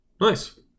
Nice